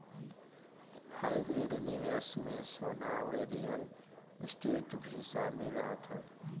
hybrid निवेश में सोना अउरी रियल स्टेट भी शामिल रहत हवे